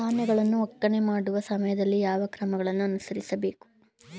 ಧಾನ್ಯಗಳನ್ನು ಒಕ್ಕಣೆ ಮಾಡುವ ಸಮಯದಲ್ಲಿ ಯಾವ ಕ್ರಮಗಳನ್ನು ಅನುಸರಿಸಬೇಕು?